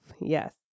Yes